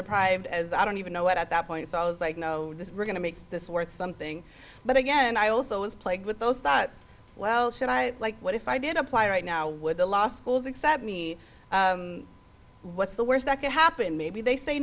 deprived as i don't even know what at that point so i was like no we're going to make this worth something but again i also was plagued with those thoughts well should i like what if i did apply right now would the law schools accept me what's the worst that could happen maybe they say